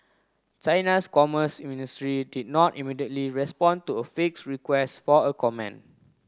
China's commerce ministry did not immediately respond to a fixed request for a comment